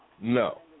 No